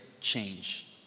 change